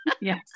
Yes